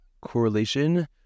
correlation